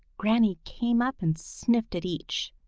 granny came up and sniffed at each.